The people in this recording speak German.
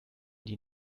die